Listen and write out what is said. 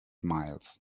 miles